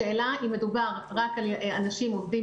השאלה אם מדובר רק על ילדים של עובדים